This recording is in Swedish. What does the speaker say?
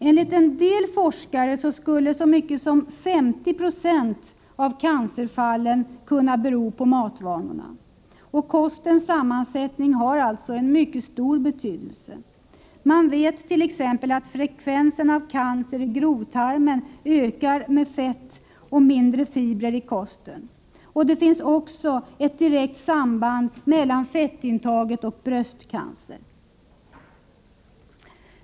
Enligt en del forskare skulle så många som 50 96 av cancerfallen kunna bero på matvanorna. Kostens sammansättning har alltså en mycket stor betydelse. Man vet t.ex. att frekvensen av cancer i grovtarmen ökar ju mer fett och ju mindre fibrer det finns i kosten. Det finns också ett direkt samband mellan fettintaget och bröstcancer.